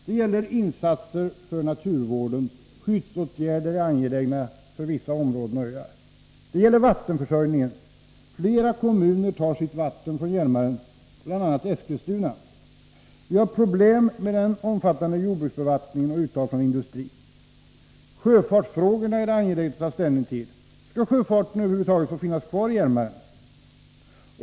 Det gäller insatser för naturvården. Skyddsåtgärder är angelägna för vissa områden och öar. Det gäller vattenförsörjningen. Flera kommuner tar sitt vatten från Hjälmaren, bl.a. Eskilstuna. Vi har problem med den omfattande jordbruksbevattningen och uttag från industrin. Sjöfartsfrågorna är det angeläget att ta ställning till. Skall sjöfarten över huvud taget få finnas kvar på Hjälmaren?